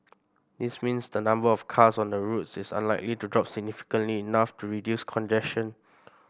this means the number of cars on the roads is unlikely to drop significantly enough to reduce congestion